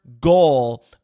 goal